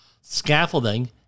scaffolding